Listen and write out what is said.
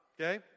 okay